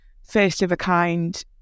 first-of-a-kind